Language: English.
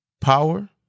Power